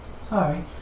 Sorry